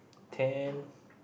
then